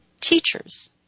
teachers